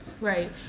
Right